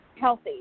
healthy